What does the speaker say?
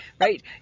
Right